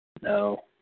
No